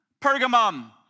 Pergamum